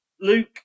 Luke